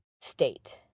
state